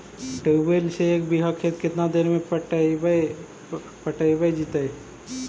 Tubewell से एक बिघा खेत केतना देर में पटैबए जितै?